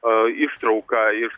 a ištrauką iš